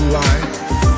life